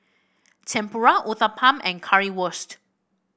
Tempura Uthapam and Currywurst